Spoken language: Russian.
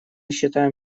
считаем